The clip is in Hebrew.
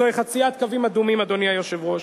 זוהי חציית קווים אדומים, אדוני היושב-ראש.